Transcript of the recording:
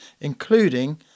including